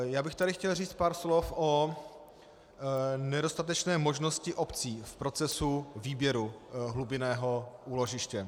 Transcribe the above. Chtěl bych tady říct pár slov o nedostatečné možnosti obcí v procesu výběru hlubinného úložiště.